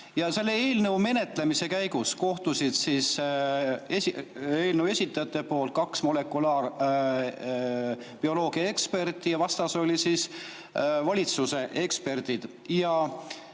Selle eelnõu menetlemise käigus kohtusid eelnõu esitajate poolt kaks molekulaarbioloogiaeksperti ja vastas olid valitsuse eksperdid.